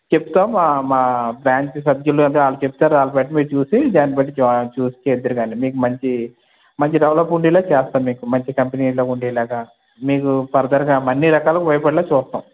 చెప్తాము మా మా బ్రాంచ్ సభ్యులు వాళ్ళు చెప్తారు వాళ్ళని బట్టి మీరు చూసి దాన్నిబట్టి జాయిన్ చూసి చేద్దురు కాని మీకు మంచి మంచి డవలప్ ఉండేలా చేస్తాము మీకు మంచి కంపెనీలో ఉండేలాగా మీకు ఫర్దర్గా అన్ని రకాలుగా ఉపయోగపడేలా చూస్తాము